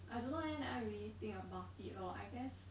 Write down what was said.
I don't know eh I never really think about it lor I guess